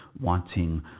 wanting